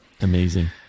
Amazing